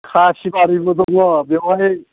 खासिबारिबो दङ बेवहायनो